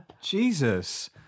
Jesus